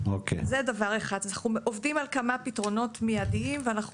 אנחנו עובדים על כמה פתרונות מידיים ואנחנו